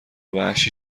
وحشی